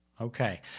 Okay